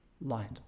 light